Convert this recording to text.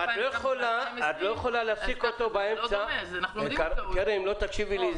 לא יכולה להפסיק אותו באמצע ואם לא תקשיבי לי,